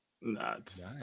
Nuts